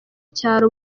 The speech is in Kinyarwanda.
cyaro